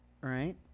right